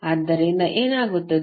ಆದ್ದರಿಂದ ಏನಾಗುತ್ತದೆ